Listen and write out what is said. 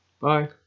Bye